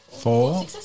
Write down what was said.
four